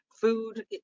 food